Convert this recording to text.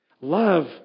Love